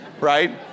right